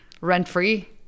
rent-free